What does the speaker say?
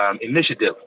initiative